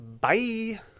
Bye